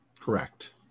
Correct